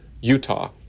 Utah